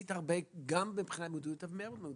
עשית הרבה גם מבחינת מודעות, אבל מעבר למודעות.